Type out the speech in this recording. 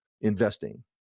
investing